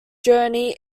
journey